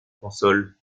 consoles